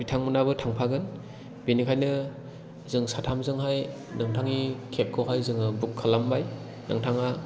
बिथांमोनाबो थांफागोन बेनिखायनो जों साथामजोंहाय नोंथांनि केब खौहाय जोङो बुक खालामबाय नोंथाङा